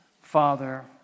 Father